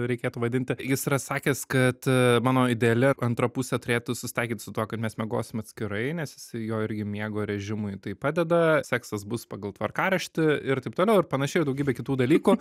reikėtų vadinti jis yra sakęs kad mano ideale antra pusė turėtų susitaikyti su tuo kad mes miegosim atskirai nes jisai jo irgi miego režimui tai padeda seksas bus pagal tvarkaraštį ir taip toliau ir panašiai ir daugybė kitų dalykų